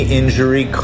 injury